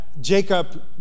Jacob